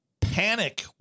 panic